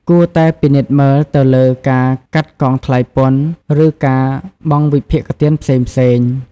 គួរតែពិនិត្យមើលទៅលើការកាត់កងថ្លៃពន្ធ ឬការបង់វិភាគទានផ្សេងៗ។